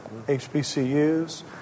HBCUs